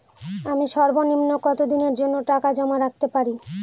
আমি সর্বনিম্ন কতদিনের জন্য টাকা জমা রাখতে পারি?